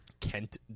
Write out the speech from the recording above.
Kent